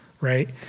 right